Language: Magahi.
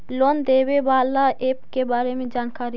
लोन देने बाला ऐप के बारे मे जानकारी?